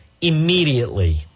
immediately